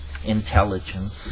Intelligence